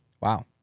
Wow